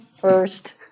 first